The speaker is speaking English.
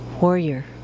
warrior